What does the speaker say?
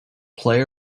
play